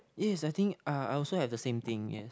yes I think uh I also have the same thing yes